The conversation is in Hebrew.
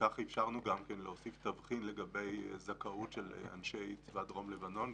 אפשרנו להוסיף תבחין לגבי זכאות של אנשי צבא דרום לבנון,